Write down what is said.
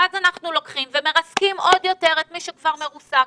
ואז אנחנו לוקחים ומרסקים עוד יותר את מי שכבר מרוסק.